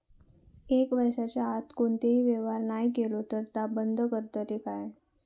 एक वर्षाच्या आत कोणतोही व्यवहार नाय केलो तर ता बंद करतले काय?